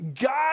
God